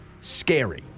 Scary